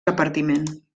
repartiment